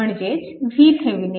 म्हणजेच VThevenin